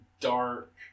dark